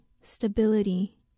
stability